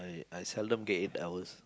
I seldom get eight hours